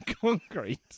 concrete